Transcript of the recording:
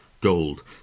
Gold